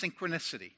synchronicity